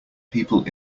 people